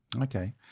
Okay